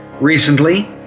recently